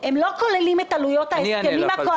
הם לא כוללים את עלויות ההסכמים הקואליציוניים.